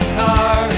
car